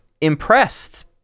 impressed